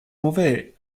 mauvais